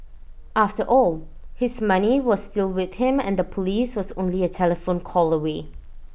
after all his money was still with him and the Police was only A telephone call away